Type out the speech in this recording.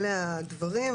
אלה הדברים.